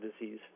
disease